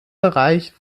bereich